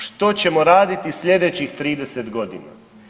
Što ćemo raditi sljedećih 30 godina?